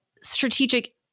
strategic